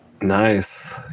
Nice